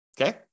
Okay